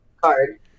card